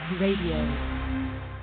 Radio